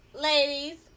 ladies